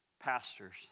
pastors